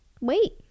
wait